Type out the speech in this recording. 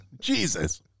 Jesus